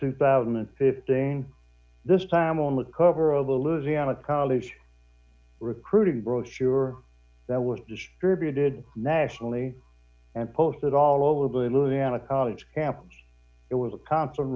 two thousand and fifteen this time on the cover of a losing on a college recruiting brochure that was distributed nationally and posted all of the louisiana college campus it was a constant